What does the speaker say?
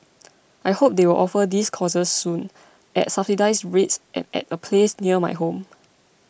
I hope they will offer these courses soon at subsidised rates and at a place near my home